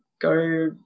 go